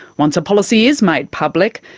once a policy is made public,